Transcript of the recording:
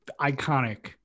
iconic